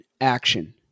action